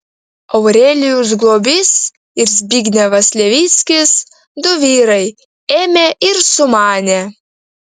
aurelijus globys ir zbignevas levickis du vyrai ėmė ir sumanė